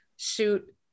shoot